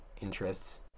interests